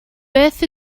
beth